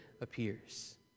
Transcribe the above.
appears